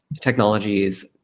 technologies